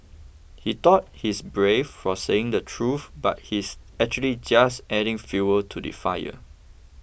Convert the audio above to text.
he thought he's brave for saying the truth but he's actually just adding fuel to the fire